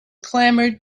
clamored